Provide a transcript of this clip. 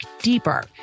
deeper